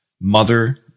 mother